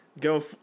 Go